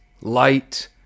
light